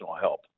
help